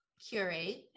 curate